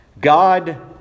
God